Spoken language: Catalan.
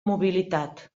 mobilitat